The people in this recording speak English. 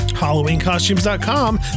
HalloweenCostumes.com